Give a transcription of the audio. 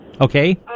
Okay